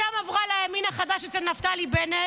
משם עברה לימין החדש, אצל נפתלי בנט,